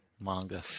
manga